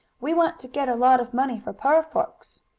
we want to get a lot of money for poor folks.